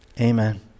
amen